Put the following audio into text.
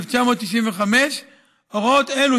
התשנ"ה 1995. הוראות אלו,